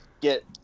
get